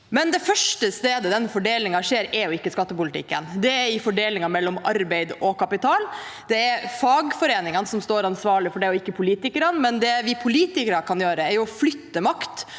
Men det første stedet den fordelingen skjer, er jo ikke i skattepolitikken, det er i fordelingen mellom arbeid og kapital. Det er fagforeningene som står ansvarlig for det, og ikke politikerne. Det vi politikere kan gjøre, er å flytte makt